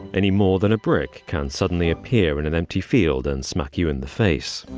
any more than a brick can suddenly appear in an empty field and smack you in the face.